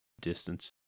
distance